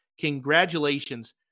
Congratulations